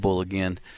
again